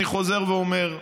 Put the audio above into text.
אני חוזר ואומר,